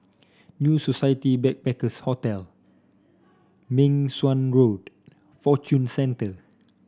New Society Backpackers' Hotel Meng Suan Road Fortune Centre